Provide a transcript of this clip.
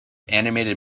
animated